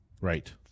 Right